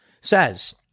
says